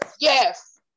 yes